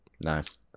Nice